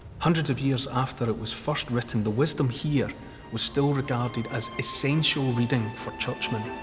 hundreds of years after it was first written, the wisdom here was still regarded as essential reading for churchmen.